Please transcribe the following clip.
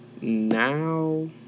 now